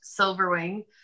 Silverwing